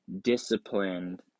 disciplined